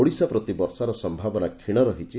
ଓଡ଼ିଶା ପ୍ରତି ବର୍ଷାର ସମ୍ଭାବନା କ୍ଷୀଣ ରହିଛି